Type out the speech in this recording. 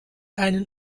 einen